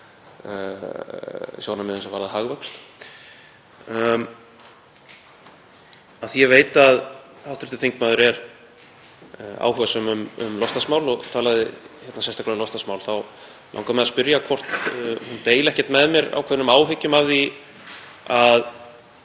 sjónarmiðum sem varða hagvöxt. Af því ég veit að hv. þingmaður er áhugasöm um loftslagsmál og talaði sérstaklega um þau þá langar mig að spyrja hvort hún deili ekki með mér ákveðnum áhyggjum af því að